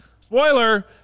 Spoiler